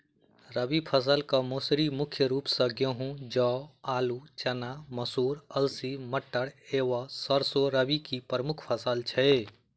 रबी फसल केँ मसूरी मुख्य रूप सँ गेंहूँ, जौ, आलु,, चना, मसूर, अलसी, मटर व सैरसो रबी की प्रमुख फसल छै